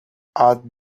add